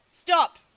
Stop